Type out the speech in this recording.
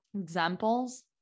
examples